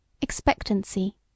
Expectancy